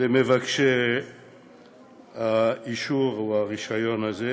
למבקשי האישור או הרישיון הזה,